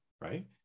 Right